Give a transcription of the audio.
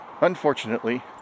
Unfortunately